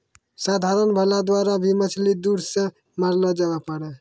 साधारण भाला द्वारा भी मछली के दूर से मारलो जावै पारै